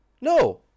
No